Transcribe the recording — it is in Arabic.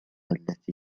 التي